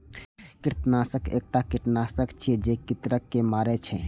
कृंतकनाशक एकटा कीटनाशक छियै, जे कृंतक के मारै छै